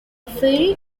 ferry